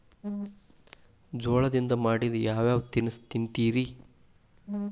ಜೋಳದಿಂದ ಮಾಡಿದ ಯಾವ್ ಯಾವ್ ತಿನಸು ತಿಂತಿರಿ?